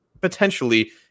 potentially